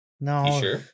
No